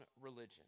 religion